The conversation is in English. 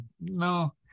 No